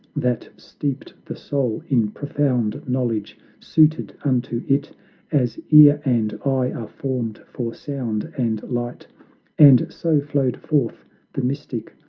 that steeped the soul in profound knowledge, suited unto it as ear and eye are formed for sound and light and so flowed forth the mystic,